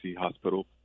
Hospital